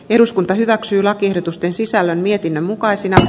eduskunta hyväksyy lakiehdotusten sisällön mietinnön mukaisina